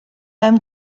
mewn